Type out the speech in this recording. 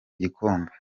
igikombe